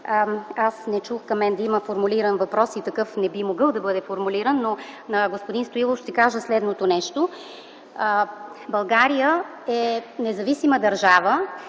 Аз не чух към мен да има формулиран въпрос и такъв не би могъл да бъде формулиран, но на господин Стоилов ще кажа следното нещо: България е независима държава.